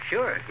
Sure